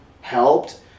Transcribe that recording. helped